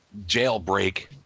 jailbreak